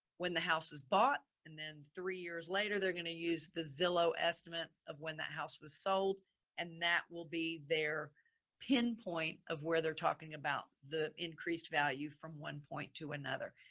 when the house is bought and then three years later they're going to use the zillow estimate of when that house was sold and that will be their pinpoint of where they're talking about the increased value from one point to another.